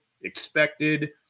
expected